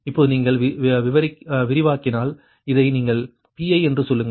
இப்போது நீங்கள் விரிவாக்கினால் இதை உங்கள் Pi என்று சொல்லுங்கள்